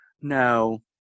No